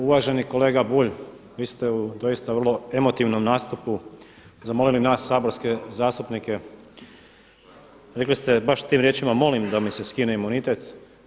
Uvaženi kolega Bulj, vi ste u doista vrlo emotivnom nastupu zamolili nas saborske zastupnike, rekli ste baš tim riječima molim da mi se skine imunitet.